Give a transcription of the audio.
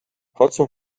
hudson